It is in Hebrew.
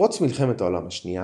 בפרוץ מלחמת העולם השנייה